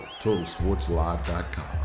totalsportslive.com